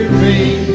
me